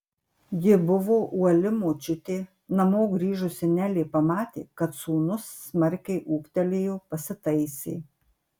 ji buvo uoli močiutė namo grįžusi nelė pamatė kad sūnus smarkiai ūgtelėjo pasitaisė